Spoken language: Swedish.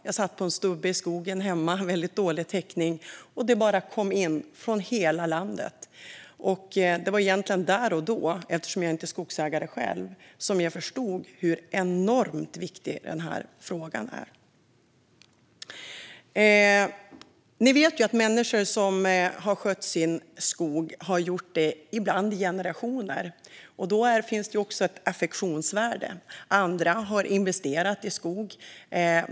Jag satt hemma på en stubbe i skogen och hade väldigt dålig täckning, och det bara kom in gensvar från hela landet. Eftersom jag inte är skogsägare själv var det egentligen där och då som jag förstod hur enormt viktig den här frågan är. Som ni vet har människor som har skött sin skog ibland har gjort det i generationer. Då finns det också ett affektionsvärde. Andra har investerat i skog.